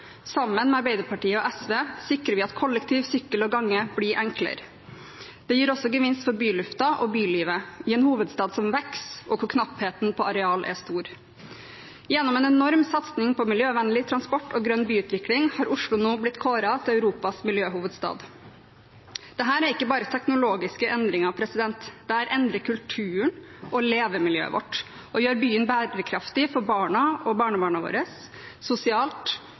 Sammen med Arbeiderpartiet og SV sikrer vi at kollektiv, sykkel og gange blir enklere. Det gir også gevinst for byluften og bylivet, i en hovedstad som vokser, og hvor knappheten på areal er stor. Gjennom en enorm satsing på miljøvennlig transport og grønn byutvikling har Oslo nå blitt kåret til Europas miljøhovedstad. Dette er ikke bare teknologiske endringer. Dette endrer kulturen og levemiljøet vårt og gjør byen bærekraftig for barna og barnebarna våre – sosialt,